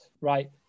right